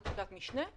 חקיקת משנה,